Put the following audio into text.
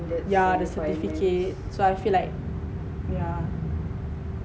yeah the certificate so I feel like yeah